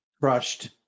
crushed